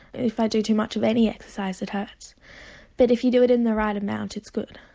if i do too much of any exercise it hurts but if you do it in the right amount it's good.